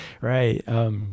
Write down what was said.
right